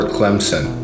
Clemson